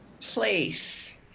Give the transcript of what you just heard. place